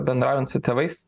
bendraujant su tėvais